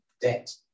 debt